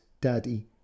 Daddy